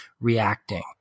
reacting